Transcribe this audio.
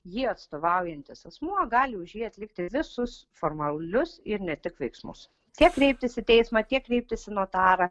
jį atstovaujantis asmuo gali už jį atlikti visus formalius ir ne tik veiksmus tiek kreiptis į teismą tiek kreiptis į notarą